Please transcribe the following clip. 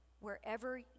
wherever